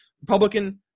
Republican